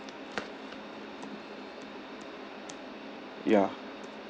ya